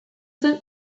zen